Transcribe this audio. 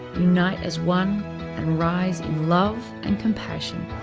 unite as one and rise love and compassion.